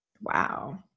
wow